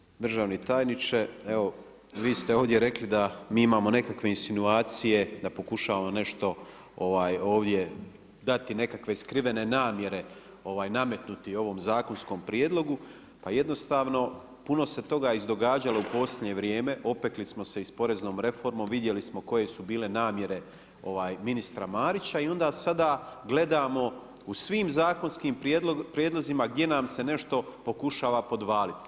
Poštovani državni tajniče, evo vi ste ovdje rekli da mi imamo nekakve insinuacije, da pokušavamo nešto ovdje dati nekakve skrivene namjere, nametnuti ovom zakonskom prijedlogu, pa jednostavno puno se toga izdogađalo u posljednje vrije, opekli smo se i sa poreznom reformom, vidjeli smo koje su bile namjere ministra Marića i onda sada gledamo u svim zakonskim prijedlozima gdje nam se nešto pokušava podvaliti.